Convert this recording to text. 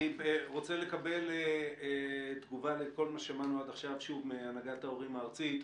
אני רוצה לקבל תגובה לכל מה ששמענו עד עכשיו שוב מהנהגת ההורים הארצית.